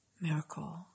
miracle